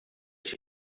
she